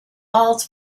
falls